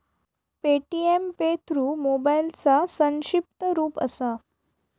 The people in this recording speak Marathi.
पे.टी.एम पे थ्रू मोबाईलचा संक्षिप्त रूप असा